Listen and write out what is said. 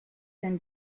and